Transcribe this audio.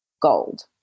Gold